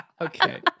Okay